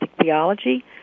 Theology